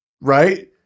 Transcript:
right